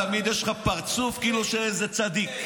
תמיד יש לך פרצוף כאילו של איזה צדיק.